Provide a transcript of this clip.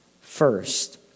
first